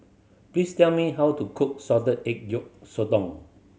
please tell me how to cook salted egg yolk sotong